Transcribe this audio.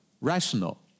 rational